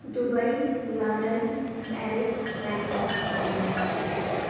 Dubai London Paris Bangkok Hong Kong